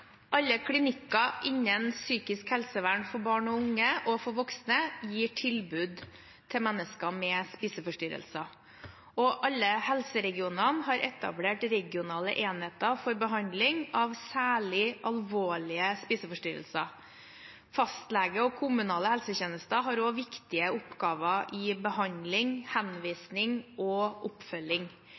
Alle klinikker innen psykisk helsevern for barn og unge og for voksne gir tilbud til mennesker med spiseforstyrrelser. Alle helseregionene har etablert regionale enheter for behandling av særlig alvorlige spiseforstyrrelser. Fastleger og kommunale helsetjenester har også viktige oppgaver innen behandling, henvisning og oppfølging.